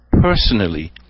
personally